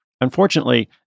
Unfortunately